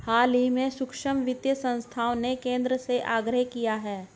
हाल ही में सूक्ष्म वित्त संस्थाओं ने केंद्र से आग्रह किया है